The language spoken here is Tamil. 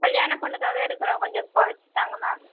கல்யாண பெண்ணுக்காக எடுக்கிறோம் கொஞ்சம் குறைத்து தாங்க மேம்